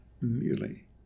merely